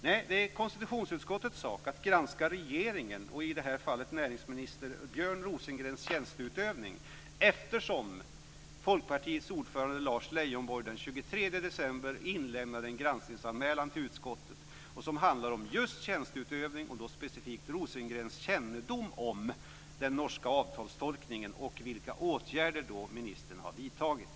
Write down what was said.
Nej, det är konstitutionsutskottets sak att granska regeringens och i det här fallet näringsminister Björn Rosengrens tjänsteutövning, eftersom Folkpartiets ordförande Lars Leijonborg den 23 december inlämnade en granskningsanmälan till utskottet som handlar om just tjänsteutövning, specifikt Rosengrens kännedom om den norska avtalstolkningen och vilka åtgärder ministern har vidtagit.